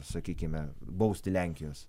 sakykime bausti lenkijos